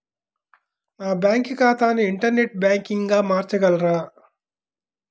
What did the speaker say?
నా బ్యాంక్ ఖాతాని ఇంటర్నెట్ బ్యాంకింగ్గా మార్చగలరా?